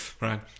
right